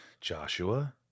Joshua